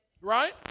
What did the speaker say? Right